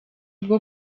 bwo